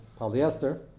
polyester